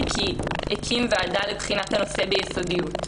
כי הקים ועדה לבחינת הנושא ביסודיות.